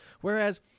Whereas